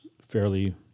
fairly